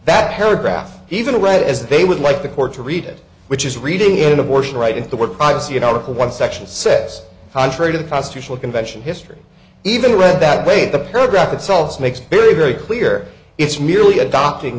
that paragraph even read as they would like the court to read it which is reading in abortion right and the word privacy an article one section says contrary to the constitutional convention history even read that way the paragraph itself makes very very clear it's merely adopting